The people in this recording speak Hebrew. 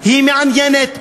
היא מעניינת,